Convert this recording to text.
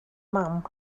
mam